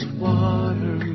water